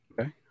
Okay